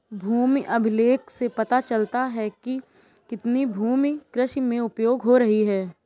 भूमि अभिलेख से पता चलता है कि कितनी भूमि कृषि में उपयोग हो रही है